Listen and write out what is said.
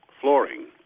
flooring